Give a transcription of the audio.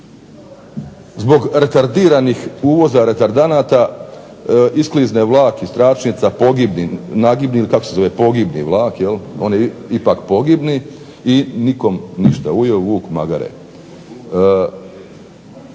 zbog retardiranih uvoza retardanata isklizne vlak iz tračnica, kako se zove pogibni vlak, nagibni, on je ipak pogibni i nikome ništa, ujeo vuk magare.